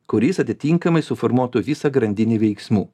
kuris atitinkamai suformuotų visą grandinę veiksmų